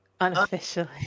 Unofficially